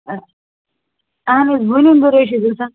اہن حظ وٕنیٚنٛدُر ہَے چھُ گژھان